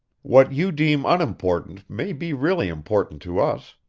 what you deem unimportant may be really important to us.